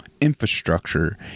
infrastructure